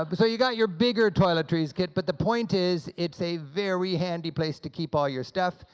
ah but so you got your bigger toiletries kit but the point is, it's a very handy place to keep all your stuff,